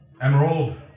Emerald